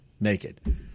Naked